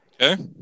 Okay